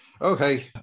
Okay